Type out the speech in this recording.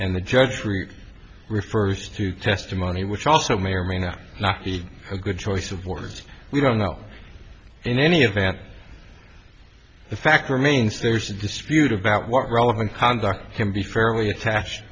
and the judge three refers to testimony which also may or may not be a good choice of words we don't know in any event the fact remains there's a dispute about what relevant conduct can be fairly attached